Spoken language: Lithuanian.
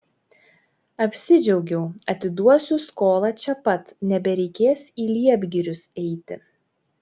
apsidžiaugiau atiduosiu skolą čia pat nebereikės į liepgirius eiti